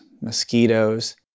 mosquitoes